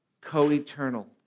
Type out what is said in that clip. co-eternal